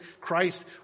Christ